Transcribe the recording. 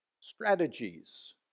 strategies